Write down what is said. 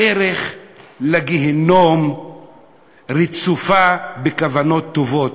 הדרך לגיהינום רצופה בכוונות טובות,